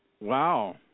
Wow